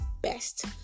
best